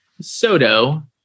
Soto